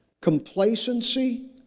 Complacency